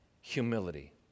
humility